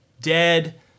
dead